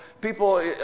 people